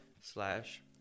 slash